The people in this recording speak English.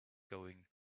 going